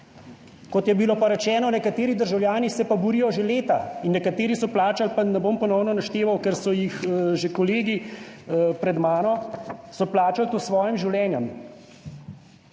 Kot je bilo pa rečeno, nekateri državljani se pa borijo že leta in nekateri so plačali, pa ne bom ponovno našteval, ker so jih že kolegi pred mano, so plačali to svojim življenjem.